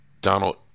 Donald